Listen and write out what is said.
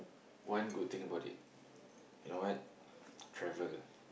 one good thing about it you know what travel